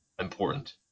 important